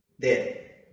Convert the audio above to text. dead